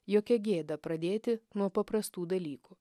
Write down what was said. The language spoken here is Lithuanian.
jokia gėda pradėti nuo paprastų dalykų